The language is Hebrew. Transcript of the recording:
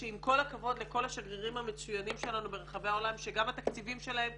עם כל הכבוד לכל השגרירים המצוינים שלנו ברחבי העולם שגם התקציבים שלהם,